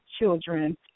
children